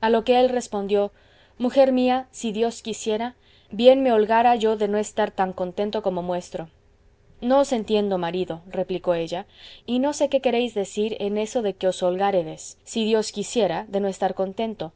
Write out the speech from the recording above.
a lo que él respondió mujer mía si dios quisiera bien me holgara yo de no estar tan contento como muestro no os entiendo marido replicó ella y no sé qué queréis decir en eso de que os holgáredes si dios quisiera de no estar contento